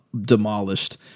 demolished